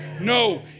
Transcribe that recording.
no